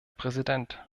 präsident